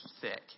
thick